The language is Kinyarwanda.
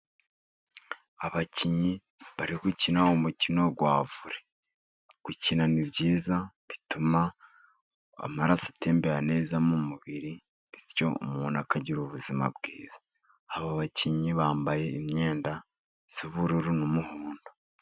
Abakinnyi bari gukina umukino wa vore. Gukina ni byiza, bituma amaraso atemmbera neza mu mubiri, bityo umuntu akagira ubuzima bwiza. Aba bakinnyi bambaye imyenda y'ubururu n'umuhondo.